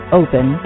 open